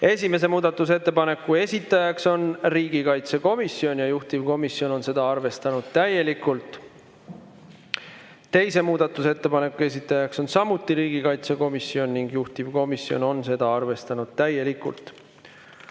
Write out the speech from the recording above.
Esimese muudatusettepaneku esitaja on riigikaitsekomisjon ja juhtivkomisjon on seda arvestanud täielikult. Teise muudatusettepaneku esitaja on samuti riigikaitsekomisjon ning juhtivkomisjon on seda arvestanud täielikult.